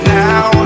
now